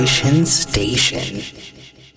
Station